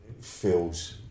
feels